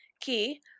key